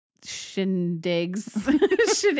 shindigs